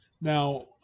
Now